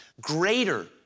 greater